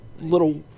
little